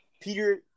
Peter